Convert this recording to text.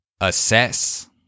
Assess